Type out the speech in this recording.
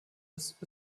ist